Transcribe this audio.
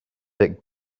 big